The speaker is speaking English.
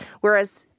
whereas